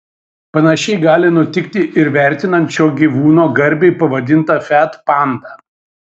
panašiai gali nutikti ir vertinant šio gyvūno garbei pavadintą fiat pandą